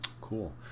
Cool